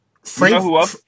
Frank